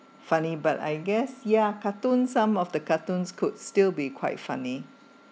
funny but I guess ya cartoon some of the cartoons could still be quite funny